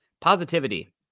positivity